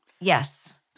Yes